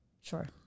sure